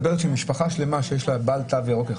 משפחה שלמה שיש בה אחד שיש לו תו ירוק,